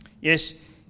Yes